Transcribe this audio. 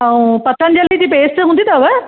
ऐं पतंजली जी पेस्ट हूंदी अथव